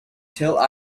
till